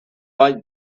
like